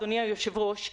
אדוני היושב-ראש,